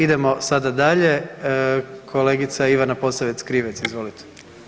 Idemo sada dalje, kolegica Ivana Posavec Krivec, izvolite.